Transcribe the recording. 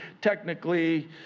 technically